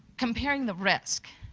comparing the risk,